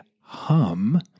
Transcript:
hum